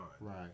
Right